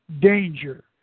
danger